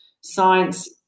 science-